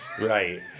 Right